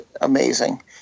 Amazing